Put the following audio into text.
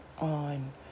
on